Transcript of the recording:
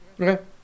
Okay